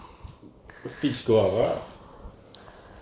peach guava